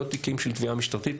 לא תיקים של תביעה משטרתית,